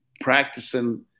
practicing